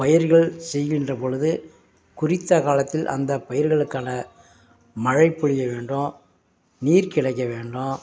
பயிர்கள் செய்கின்றபொழுது குறித்த காலத்தில் அந்த பயிர்களுக்கான மழை பொழியவேண்டும் நீர் கிடைக்கவேண்டும்